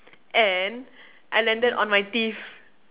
and I landed on my teeth